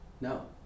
no